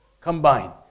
combine